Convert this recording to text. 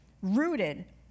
rooted